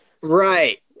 right